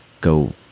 go